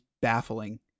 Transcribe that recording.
baffling